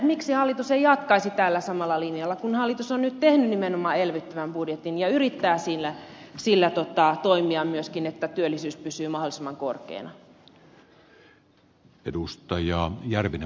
miksi hallitus ei jatkaisi tällä samalla linjalla kun hallitus on nyt nimenomaan tehnyt elvyttävän budjetin ja yrittää sillä toimia myöskin niin että työllisyys pysyy mahdollisimman korkeana